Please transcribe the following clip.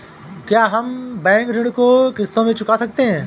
क्या हम बैंक ऋण को किश्तों में चुका सकते हैं?